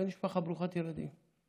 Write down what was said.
בן למשפחה ברוכת ילדים,